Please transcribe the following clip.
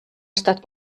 estat